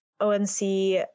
ONC